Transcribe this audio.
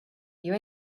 you